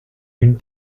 une